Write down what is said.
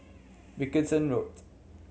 Wilkinson Road